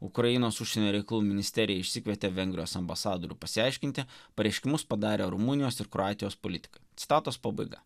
ukrainos užsienio reikalų ministerija išsikvietė vengrijos ambasadorių pasiaiškinti pareiškimus padarė rumunijos ir kroatijos politikai citatos pabaiga